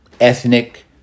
ethnic